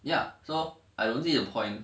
ya so I don't see the point